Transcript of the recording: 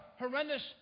horrendous